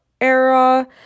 era